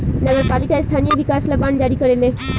नगर पालिका स्थानीय विकास ला बांड जारी करेले